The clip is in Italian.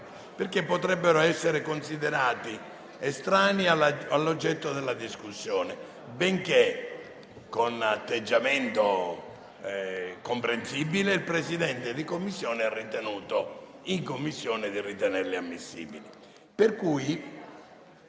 perché potrebbero essere considerati estranei all'oggetto della discussione, benché, con atteggiamento comprensibile, il presidente Balboni abbia ritenuto, in Commissione, di valutarli come ammissibili.